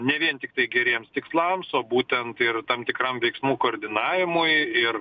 ne vien tiktai geriems tikslams o būtent ir tam tikram veiksmų koordinavimui ir